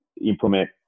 implement